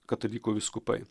katalikų vyskupai